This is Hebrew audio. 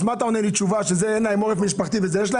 אז מה אתה נותן לי תשובה שאין להם עורף משפחתי ולאלה יש.